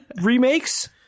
Remakes